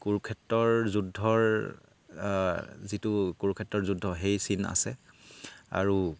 কুৰুক্ষেত্ৰৰ যুদ্ধৰ যিটো কুৰুক্ষেত্ৰৰ যুদ্ধ সেই চিণ আছে আৰু